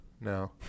No